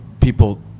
people